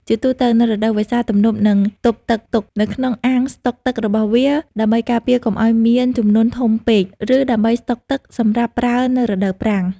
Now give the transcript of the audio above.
ជាទូទៅ នៅរដូវវស្សា ទំនប់នឹងទប់ទឹកទុកនៅក្នុងអាងស្តុកទឹករបស់វា ដើម្បីការពារកុំឱ្យមានជំនន់ធំពេក ឬដើម្បីស្តុកទឹកសម្រាប់ប្រើនៅរដូវប្រាំង។